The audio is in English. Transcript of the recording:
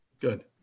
good